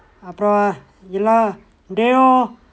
அப்புறம் எல்லாம் டே உன்:appuram ellaam dey un